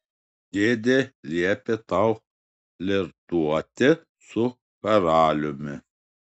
dėdė liepė tau flirtuoti su karaliumi